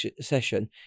session